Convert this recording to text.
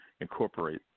incorporate